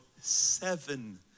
seven